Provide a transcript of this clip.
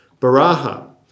Baraha